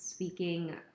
speaking